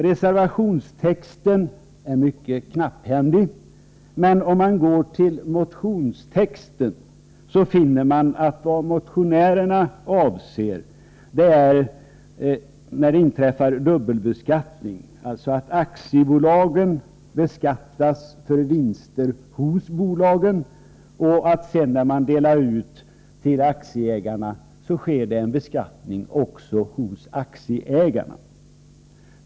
Reservationstexten är mycket knapphändig, men om man går till motionstexten finner man att motionärerna avser de fall när det inträffar dubbelbeskattning, dvs. att aktiebolagen beskattas för vinster hos bolagen och att det också sker en beskattning när aktieägarna får utdelningen.